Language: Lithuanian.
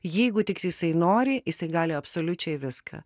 jeigu tik jisai nori jisai gali absoliučiai viską